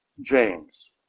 James